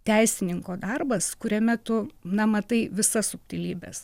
teisininko darbas kuriame tu na matai visas subtilybes